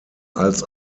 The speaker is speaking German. als